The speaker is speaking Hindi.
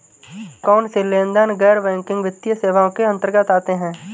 कौनसे लेनदेन गैर बैंकिंग वित्तीय सेवाओं के अंतर्गत आते हैं?